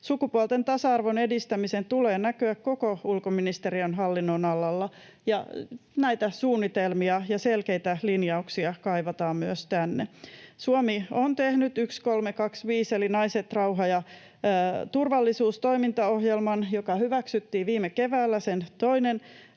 Sukupuolten tasa-arvon edistämisen tulee näkyä koko ulkoministeriön hallinnonalalla, ja näitä suunnitelmia ja selkeitä linjauksia kaivataan myös tänne. Suomi on tehnyt 1325:n eli Naiset, rauha ja turvallisuus ‑toimintaohjelman, joka hyväksyttiin viime keväällä — sen